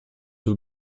will